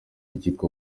icyitwa